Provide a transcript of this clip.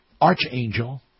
archangel